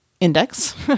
index